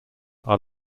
are